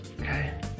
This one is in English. Okay